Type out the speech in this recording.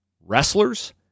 wrestlers